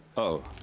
oh.